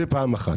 זה פעם אחת.